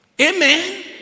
amen